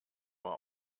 nur